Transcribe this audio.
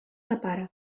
separa